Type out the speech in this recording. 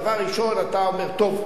דבר ראשון אתה אומר: טוב,